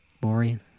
boring